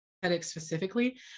specifically